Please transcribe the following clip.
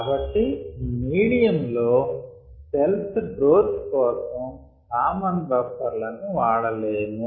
కాబట్టి మీడియం లో cells growth కోసం కామన్ బఫర్ లను వాడలేము